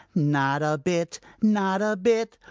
not a bit! not a bit!